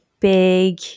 big